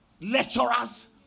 lecturers